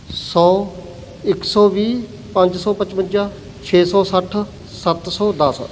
ਸੌ ਇੱਕ ਸੌ ਵੀਹ ਪੰਜ ਸੌ ਪਚਵੰਜਾ ਛੇ ਸੌ ਸੱਠ ਸੱਤ ਸੌ ਦਸ